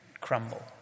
crumble